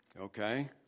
Okay